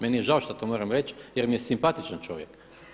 Meni je žao što to moram reći jer mi je simpatičan čovjek.